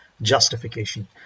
justification